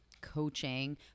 coaching